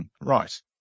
right